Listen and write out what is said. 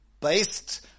based